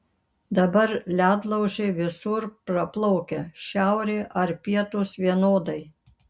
dabar ledlaužiai visur praplaukia šiaurė ar pietūs vienodai